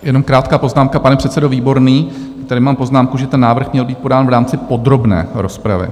Jenom krátká poznámka pane předsedo Výborný, tady mám poznámku, že ten návrh měl být podán v rámci podrobné rozpravy.